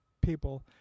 people